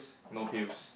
no pills